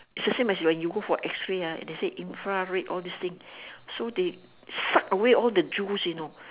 it's the same as when you go for X-ray ah and they say infrared all these thing so they suck away all the juice you know